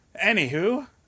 Anywho